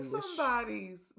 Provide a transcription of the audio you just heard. somebody's